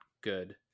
good